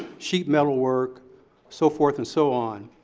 sheet metal work so forth and so on.